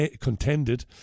contended